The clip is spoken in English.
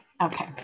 okay